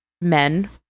men